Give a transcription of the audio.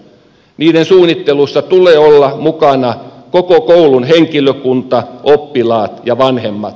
niiden suunnittelussa tulee olla mukana koko koulun henkilökunta oppilaat ja vanhemmat